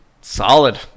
solid